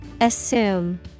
Assume